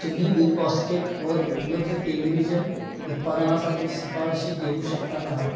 तुम्ही बिग बास्केटवर उपलब्ध टेलिव्हिजन उत्पादनासाठी शिफारशी देऊ शकता का